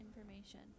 information